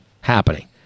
happening